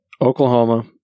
Oklahoma